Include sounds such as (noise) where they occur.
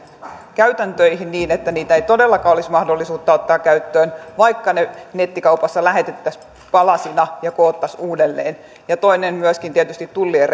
käytännöistä niin että niitä ei todellakaan olisi mahdollisuutta ottaa käyttöön vaikka ne nettikaupasta lähetettäisiin palasina ja koottaisiin uudelleen toinen on myöskin tietysti tullien (unintelligible)